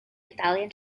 italian